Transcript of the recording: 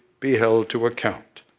be held to account.